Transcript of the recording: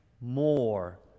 more